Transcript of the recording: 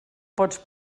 pots